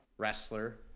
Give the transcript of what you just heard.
wrestler